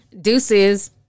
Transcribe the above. Deuces